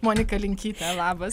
monika linkytė labas